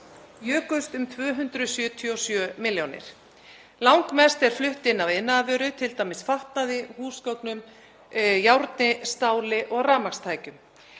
jókst um 277 milljónir. Langmest er flutt inn af iðnaðarvöru, t.d. fatnaði, húsgögnum, járni, stáli og rafmagnstækjum.